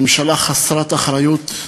ממשלה חסרת אחריות.